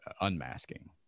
unmasking